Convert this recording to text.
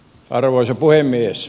arvoisa puhemies